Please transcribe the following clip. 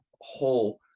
whole